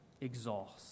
exhaust